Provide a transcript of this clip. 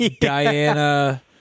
Diana